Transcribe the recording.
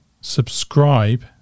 subscribe